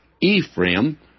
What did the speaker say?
Ephraim